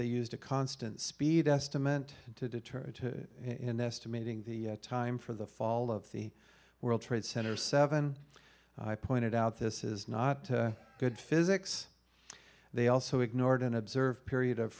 they used a constant speed estimate to deter it in estimating the time for the fall of the world trade center seven i pointed out this is not good physics they also ignored and observed period of